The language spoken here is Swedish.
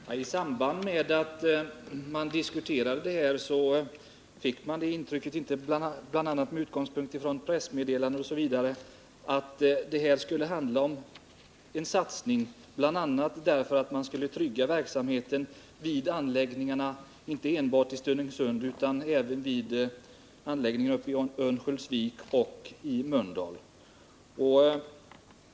Herr talman! I samband med att man diskuterade denna fråga fick man, bl.a. på grund av pressmeddelanden, intrycket att det rörde sig om en satsning för att bl.a. trygga verksamheten inte enbart vid anläggningarna i Stenungsund utan också vid anläggningarna i Örnsköldsvik och i Mölndal.